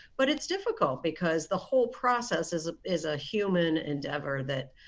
but it's difficult because the whole process is is a human endeavor that,